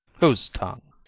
whose tongue?